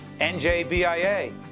NJBIA